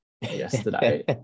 yesterday